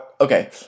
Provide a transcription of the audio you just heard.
Okay